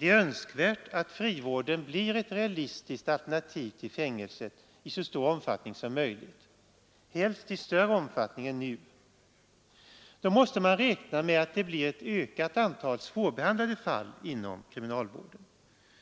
är önskvärt att frivården blir ett realistiskt alternativ till fängelse i så stor omfattning som möjligt — helst i större omfattning än nu — måste man räkna med att det blir ett ökat antal svårbehandlade fall inom frivården.